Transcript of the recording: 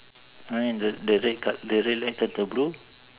then did the red card the red light turn to blue